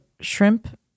shrimp